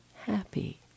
happy